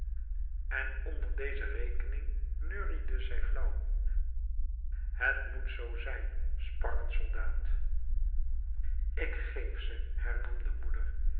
en onder deze rekening neuriede zij flauw het moet zoo zijn sprak een soldaat ik geef ze hernam de moeder